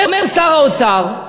אומר שר האוצר,